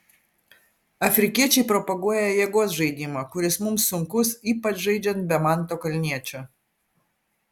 afrikiečiai propaguoja jėgos žaidimą kuris mums sunkus ypač žaidžiant be manto kalniečio